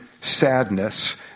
sadness